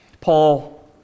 Paul